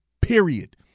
period